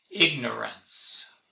ignorance